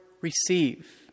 receive